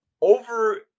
over